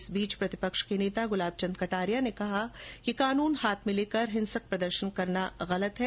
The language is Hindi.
इस बीच प्रतिपक्ष के नेता गुलाब चंद कटारिया ने कहा कि कानून हाथ में लेकर हिंसक प्रदर्शन करना गलत है